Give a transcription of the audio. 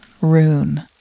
Rune